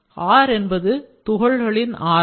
R என்பது துகள்களின் ஆரம்